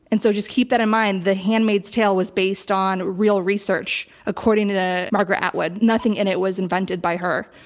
and so just keep that in mind. the handmaid's tale was based on real research according to margaret atwood. nothing in it was invented by her.